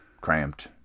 cramped